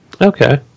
Okay